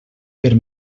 per